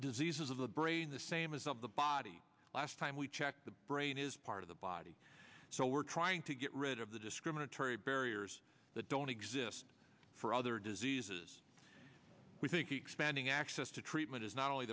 diseases of the brain the same as of the body last time we checked the brain is part of the body so we're trying to get rid of the discriminatory barriers that don't exist for other diseases we think expanding access to treatment is not only